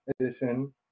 Edition